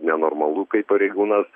nenormalu kai pareigūnas